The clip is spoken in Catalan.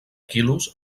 quilos